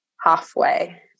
halfway